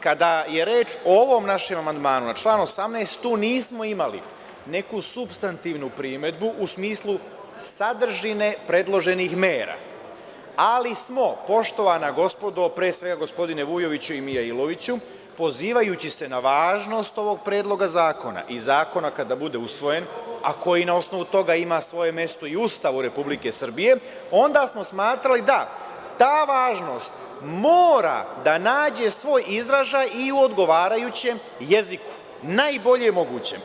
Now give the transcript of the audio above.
Kada je reč o ovom našem amandmanu na član 18., tu nismo imali neku supstativnu primedbu u smislu sadržine predloženih mera, ali smo poštovana gospodo, pre svega gospodine Vujoviću i Mijailoviću, pozivajući se na važnost ovog predloga zakona i zakona kada bude usvojen, a koji na osnovu toga ima svoje mesto i u Ustavu Republike Srbije, onda smo smatrali da ta važnost mora da nađe svoj izražaj i u odgovarajućem jeziku, najbolje mogućem.